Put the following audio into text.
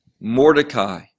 Mordecai